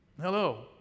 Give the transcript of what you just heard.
hello